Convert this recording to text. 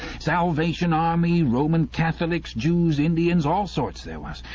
salvation army, roman catholics, jews, indians all sorts there was.